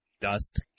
dust